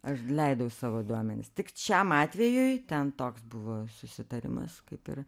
aš leidau savo duomenis tik šiam atvejui ten toks buvo susitarimas kaip ir